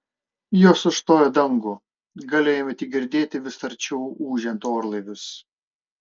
jos užstojo dangų galėjome tik girdėti vis arčiau ūžiant orlaivius